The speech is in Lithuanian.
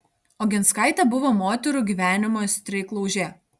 oginskaitė buvo moterų gyvenimo streiklaužė